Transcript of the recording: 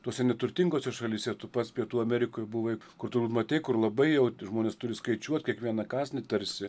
tose neturtingose šalyse tu pats pietų amerikoj buvai kur turbūt matei kur labai jau žmonės turi skaičiuot kiekvieną kąsnį tarsi